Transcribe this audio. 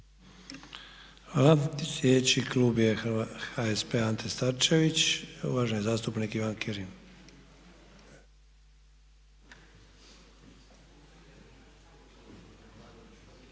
Hvala. Sljedeći klub je HSP Ante Starčević, uvaženi zastupnik Ivan Kirin.